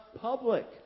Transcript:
public